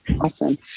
awesome